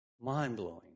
mind-blowing